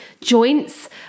joints